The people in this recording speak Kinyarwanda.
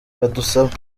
badusaba